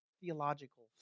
theological